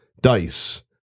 dice